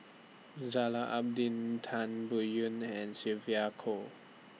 Zainal Abidin Tan Biyun and Sylvia Kho